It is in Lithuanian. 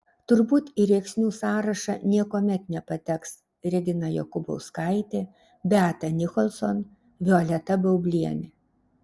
turbūt į rėksnių sąrašą niekuomet nepateks regina jokubauskaitė beata nicholson violeta baublienė